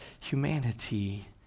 humanity